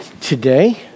today